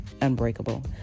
unbreakable